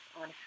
on